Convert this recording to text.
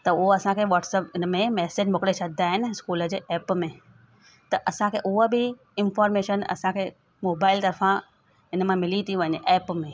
त उहो असांखे व्हाटसप हिन में मैसेज मोकिले छॾींदा आहिनि इस्कूलु जे एप में त असांखे उहा बि इंफॉर्मेशन असांखे मोबाइल तर्फ़ां इन मां मिली थी वञे एप में